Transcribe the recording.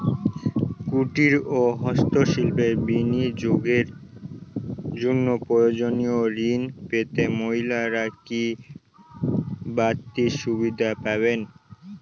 কুটীর ও হস্ত শিল্পে বিনিয়োগের জন্য প্রয়োজনীয় ঋণ পেতে মহিলারা কি বাড়তি সুবিধে পাবেন?